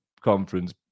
Conference